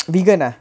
vegan ah